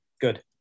good